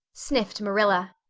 sniffed marilla.